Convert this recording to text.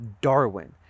Darwin